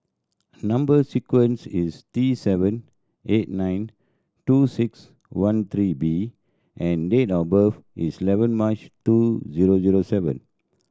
number sequence is T seven eight nine two six one three B and date of birth is eleven March two zero zero seven